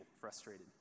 frustrated